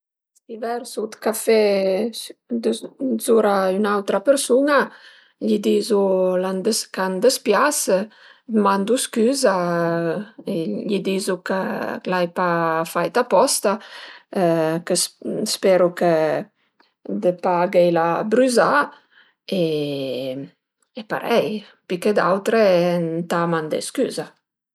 Si versu dël café zura ün'autra persun-a gli dizu ch'a m'dispias, mandu scüza e gli dizu chë l'ai pa fait aposta, speru chë dë pa agheila brüza e parei, pi che d'autre ëntà mandé scüza